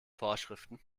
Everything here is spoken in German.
vorschriften